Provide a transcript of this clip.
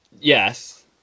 yes